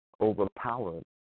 overpowered